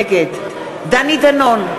נגד דני דנון,